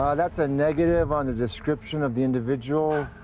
um that's a negative on the description of the individual.